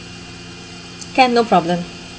can no problem